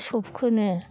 सबखोनो